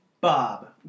Bob